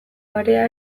barea